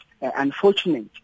unfortunate